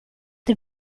the